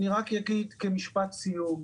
אני רק אגיד כמשפט סיום: